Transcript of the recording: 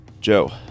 Joe